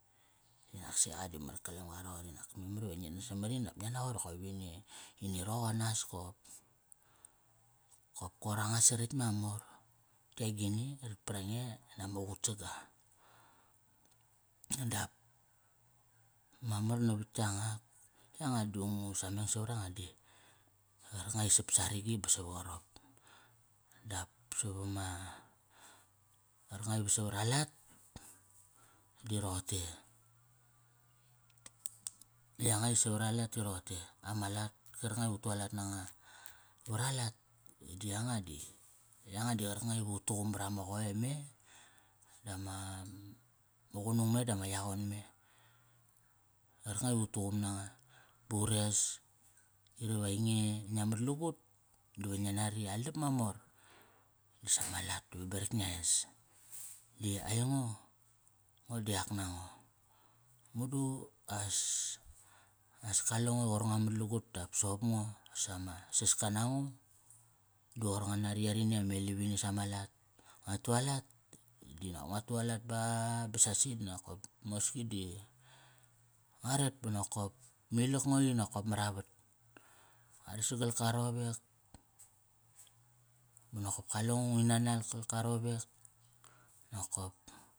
Di naksi qa di nak mar kalamga roqori nak memari iva ngi nas samarini nop ngia naqot nokop ini, ini roqonas kop. Kop qoir anga saritk mamor. Te agini? Rat para nge, nama qutsaga. Dao mamar navat yanga. Yanga di ngu sameng savara nga di, qarkanga i sap saragi ba sava qarop. Dap savama, qarkanga ive savara lat, di roqote, yanga i savara lat ti roqote, ama lat qarkanga iv ut tualat nanga. Vara lat, di anga di, yanga di qarkanga iva ut tuqum varama qoe me, dama qunung me dama yaqon me. Qarkanga ivu tuqum nanga, ba ure. Qari va ainge, ngia mat lagut dive ngi nari i aldap mamor sama lat va berak ngia es. Di aingo, ngo di ak nango. Madu as, as kale ngo i qoir nga mat lagut dap soqop ngo as ama saska nango, di qoir nga nari yarini amedavini sama lat. Nga tualat, di nop nga tualat ba, ba sasi di nop mosingi di ngua ret ba nokop milak ngo i maravat. Nga ret sagal ka rowek. ba nokop kale ngo ngui nanal kal ka rowek, nokop.